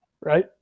right